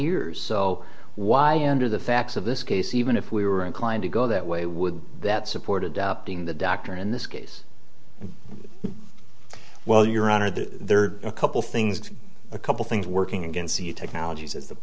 years so why under the facts of this case even if we were inclined to go that way would that support adopting the doctor in this case well your honor the there are a couple things a couple things working against you technologies is the